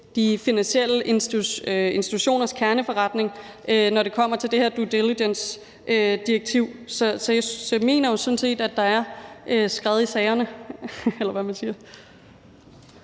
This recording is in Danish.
de finansielle institutioners kerneforretning, når det kommer til det her due diligence-direktiv. Så jeg mener jo sådan set, at der er skred i sagerne, eller hvad man siger.